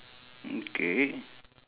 mm K